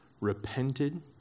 repented